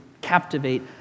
captivate